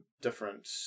different